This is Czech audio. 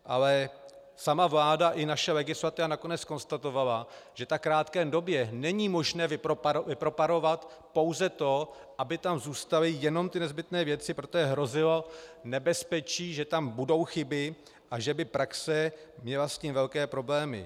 Ale sama vláda i naše legislativa nakonec konstatovala, že v tak krátké době není možné vypreparovat pouze to, aby tam zůstaly jenom ty nezbytné věci, protože hrozilo nebezpečí, že tam budou chyby a že by praxe měla s tím velké problémy.